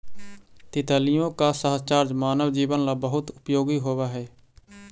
तितलियों का साहचर्य मानव जीवन ला बहुत उपयोगी होवअ हई